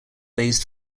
based